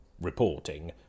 reporting